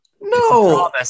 No